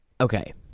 Okay